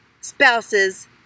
spouse's